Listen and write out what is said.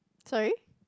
sorry